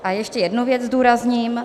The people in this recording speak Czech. A ještě jednu věc zdůrazním.